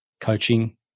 coaching